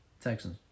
Texans